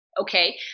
okay